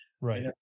Right